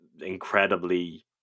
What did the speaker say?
incredibly